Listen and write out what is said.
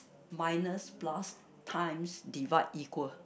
minus plus times divide equal